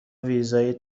ویزای